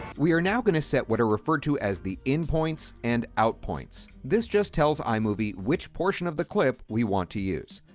we are now going to set what are referred to as the in points and out points. this just tells imovie which portion of the clip we want to use.